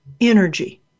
energy